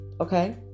Okay